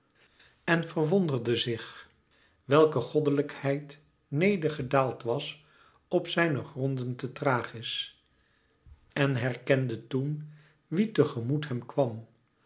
en verwonderde zich welke goddelijkheid neder gedaald was op zijne gronden te thrachis en herkende toen wie te gemoet hem kwam